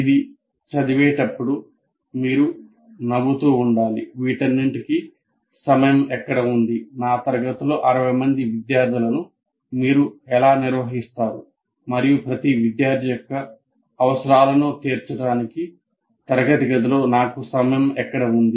ఇది చదివేటప్పుడు మీరు నవ్వుతూ ఉండాలి వీటన్నిటికీ సమయం ఎక్కడ ఉంది నా తరగతిలో 60 మంది విద్యార్థులను మీరు ఎలా నిర్వహిస్తారు మరియు ప్రతి విద్యార్థి యొక్క అవసరాలను తీర్చడానికి తరగతి గదిలో నాకు సమయం ఎక్కడ ఉంది